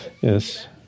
Yes